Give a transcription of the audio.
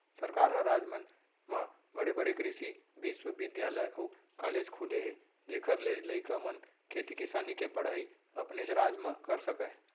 सरकार ह राज मन म बड़े बड़े कृसि बिस्वबिद्यालय अउ कॉलेज खोले हे जेखर ले लइका मन खेती किसानी के पड़हई अपनेच राज म कर सकय